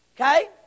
Okay